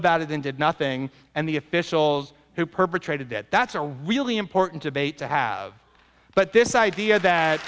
about it and did nothing and the officials who perpetrated it that's a really important debate to have but this idea that